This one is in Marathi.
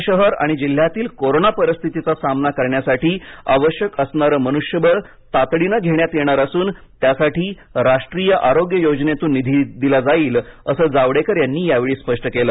पुणे शहर आणि जिल्ह्यातील कोरोना परिस्थितीचा सामना करण्यासाठी आवश्यक असणारे मनुष्यबळ तातडीनं घेण्यात येणार असून त्यासाठी राष्ट्रीय आरोग्य योजनेतून निधी दिला जाईल असं जावडेकर यांनी यावेळी स्पष्ट केलं